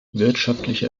wirtschaftliche